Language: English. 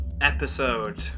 episode